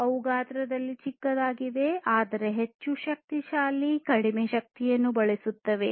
ಅವು ಗಾತ್ರದಲ್ಲಿ ಚಿಕ್ಕದಾಗಿರುತ್ತವೆ ಆದರೆ ಹೆಚ್ಚು ಶಕ್ತಿಶಾಲಿ ಕಡಿಮೆ ಶಕ್ತಿಯನ್ನು ಬಳಸುತ್ತವೆ